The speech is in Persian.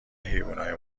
حیونای